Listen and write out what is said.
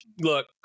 look